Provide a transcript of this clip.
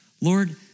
Lord